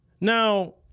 Now